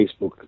Facebook